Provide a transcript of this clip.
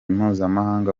mpuzamahanga